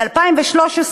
ב-2013,